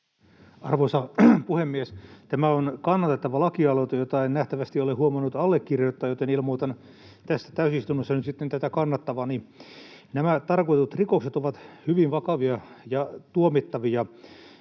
Arvoisa puhemies! Tämä on kannatettava lakialoite, jota en nähtävästi ole huomannut allekirjoittaa, joten ilmoitan tässä täysistunnossa nyt sitten tätä kannattavani. Nämä tarkoitetut rikokset ovat hyvin vakavia ja tuomittavia,